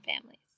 families